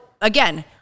again